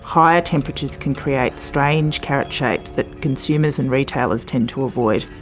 higher temperatures can create strange carrot shapes that consumers and retailers tend to avoid.